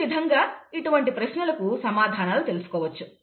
ఈ విధంగా ఇటువంటి ప్రశ్నలకు సమాధానాలు తెలుసుకోవచ్చు